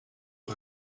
nog